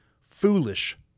Foolish